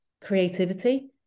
creativity